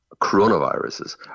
Coronaviruses